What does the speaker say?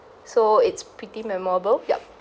so it's pretty memorable yup